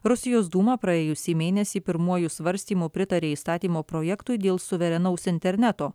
rusijos dūmą praėjusį mėnesį pirmuoju svarstymu pritarė įstatymo projektui dėl suverenaus interneto